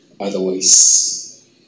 otherwise